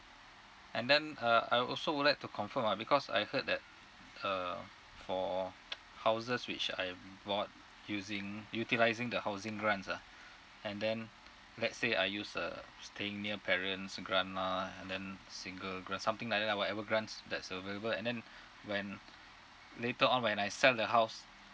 and then uh I also would like to confirm ah because I heard that uh for houses which I've bought using utilising the housing grants ah and then let's say I use uh staying near parents' grant lah and then single grant something like that lah whatever grants that's available and then when later on when I sell the house